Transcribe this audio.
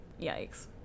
Yikes